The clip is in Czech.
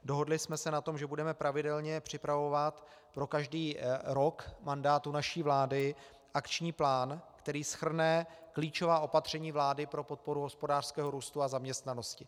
Dohodli jsme se na tom, že budeme pravidelně připravovat pro každý rok mandátu naší vlády akční plán, který shrne klíčová opatření vlády pro podporu hospodářského růstu a zaměstnanosti.